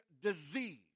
disease